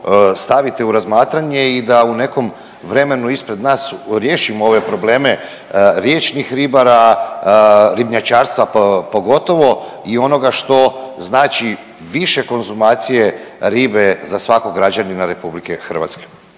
stavite u razmatranje i da u nekom vremenu ispred nas riješimo ove probleme riječnih ribara, ribnjačarstva pogotovo i onoga što znači više konzumacije ribe za svakog građanina RH.